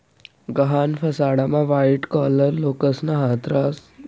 गहाण फसाडामा white collar लोकेसना हात रास